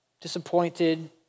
disappointed